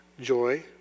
joy